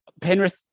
Penrith